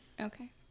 okay